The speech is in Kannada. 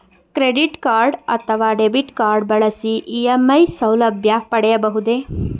ಕ್ರೆಡಿಟ್ ಕಾರ್ಡ್ ಅಥವಾ ಡೆಬಿಟ್ ಕಾರ್ಡ್ ಬಳಸಿ ಇ.ಎಂ.ಐ ಸೌಲಭ್ಯ ಪಡೆಯಬಹುದೇ?